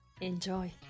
Enjoy